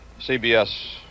CBS